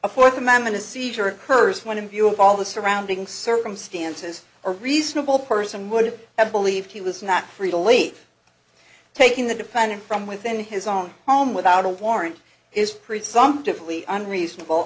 a fourth amendment a seizure occurs when in view of all the surrounding circumstances a reasonable person would have believed he was not free to late taking the defendant from within his own home without a warrant is